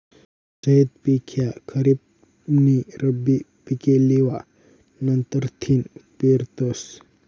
झैद पिक ह्या खरीप नी रब्बी पिके लेवा नंतरथिन पेरतस